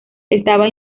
estaba